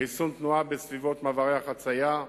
ריסון התנועה בסביבות מעברי חצייה,